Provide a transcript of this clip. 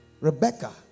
Rebecca